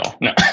no